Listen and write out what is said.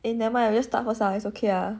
eh never mind ah you just start first ah it's okay ah